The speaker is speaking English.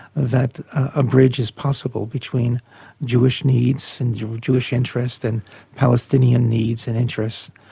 that a bridge is possible between jewish needs, and jewish jewish interests and palestinian needs and interests.